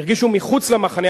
הרגישו מחוץ למחנה,